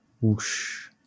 Whoosh